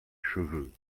cheveux